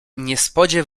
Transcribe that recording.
niespodzie